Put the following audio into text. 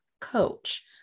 coach